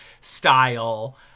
style